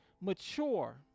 mature